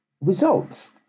results